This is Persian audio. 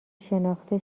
شناخته